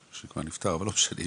שכבר נפטר אבל לא משנה,